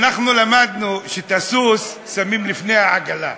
אנחנו למדנו שאת הסוס שמים לפני העגלה,